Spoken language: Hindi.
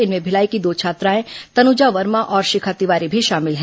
इनमें भिलाई की दो छात्रा तनुजा वर्मा और शिखा तिवारी भी शामिल हैं